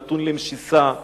נתון למשיסה,